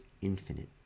infinite